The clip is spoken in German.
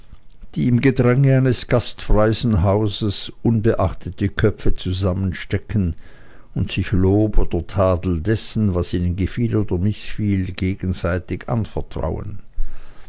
die im gedränge eines gastfreien hauses unbeachtet die köpfe zusammenstecken und sich lob oder tadel dessen was ihnen gefiel oder mißfiel gegenseitig anvertrauen